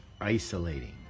isolating